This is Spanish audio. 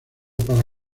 para